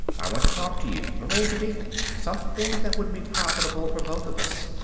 i want to talk to you, arrange a deal. something that would be profitable for both of us.